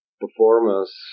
performance